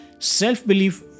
self-belief